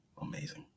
Amazing